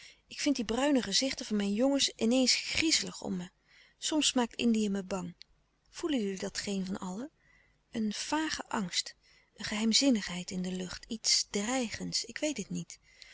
ik vind die bruine gezichten van mijn jongens in eens griezelig om me soms maakt indië me bang voelen jullie dat geen van allen een vage angst een geheimzinnigheid in de lucht iets dreigends ik weet het niet